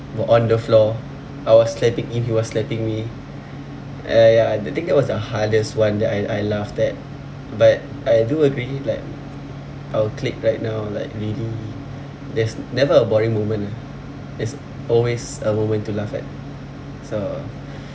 were on the floor I was slapping him he was slapping me ya ya I think that was the hardest one that I I laughed at but I do agree like our clique right now like really there's never a boring moment lah there's always a moment to laugh at so